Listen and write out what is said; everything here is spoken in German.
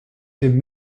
dem